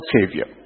Savior